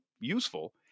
useful